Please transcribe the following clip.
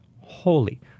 holy